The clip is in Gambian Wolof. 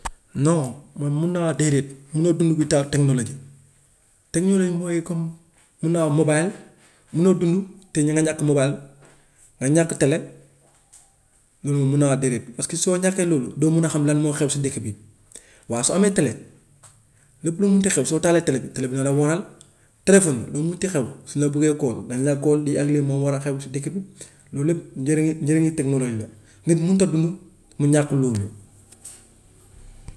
Non man mun naa wax déedéet, munoo dund without technology. Technology mooy comme mun naa wax mobile, munoo dund te ñà- nga ñàkk mobile, nga ñàkk tele loolu moom mun naa wax déedéet, parce que soo ñàkkee loolu doo mun a xam lan moo xew si dëkk bi. Waa soo amee tele, lépp lu mun ti xew soo taalee tele bi, tele bi na la wanal. Téléphone lu mun ti xew suñ la buggee call dañ lay call, lii ak lii moo war a xew si dëkk bi, loolu lépp njëriñu, njëriñu technology la. Nit munut a dund mu ñàkk loolu.